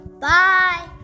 Bye